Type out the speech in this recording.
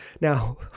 Now